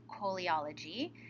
Coleology